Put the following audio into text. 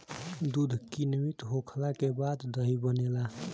दूध किण्वित होखला के बाद दही बनेला